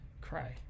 Cry